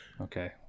okay